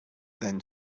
then